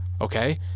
okay